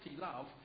love